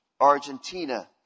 Argentina